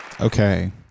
okay